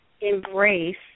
embrace